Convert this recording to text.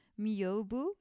miyobu